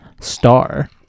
star